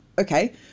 okay